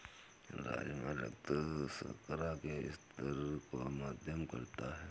राजमा रक्त शर्करा के स्तर को मध्यम करता है